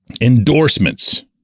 endorsements